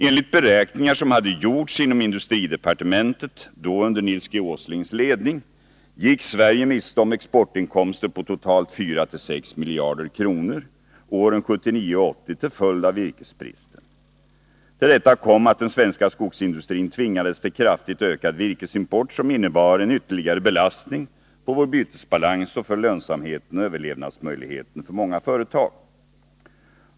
Enligt beräkningar som hade gjorts inom industridepartementet — då under Nils G. Åslings ledning — gick Sverige miste om exportinkomster på totalt 4-6 miljarder kronor under åren 1979 och 1980, till följd av virkesbrist. Till detta kom att den svenska skogsindustrin tvingades till kraftigt ökad virkesimport som innebar en ytterligare belastning på vår bytesbalans och som försämrade lönsamheten och överlevnadsmöjligheten för många företag.